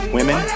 Women